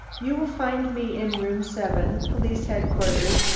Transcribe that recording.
you will find me in room seven, police headquarters,